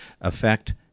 affect